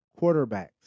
quarterbacks